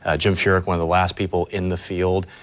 ah jim furyk won the last people in the field.